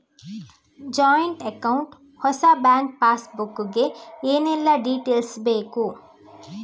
Joint account ಹೊಸ bank passbook ಗೆ ಏನೆಲ್ಲ ಡೀಟೇಲ್ಸ್ ಬೇಕು?